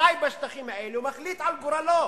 שחי בשטחים האלה מחליט על גורלו,